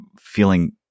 feeling